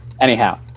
Anyhow